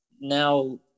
now